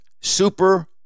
Super